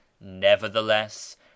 Nevertheless